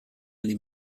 alle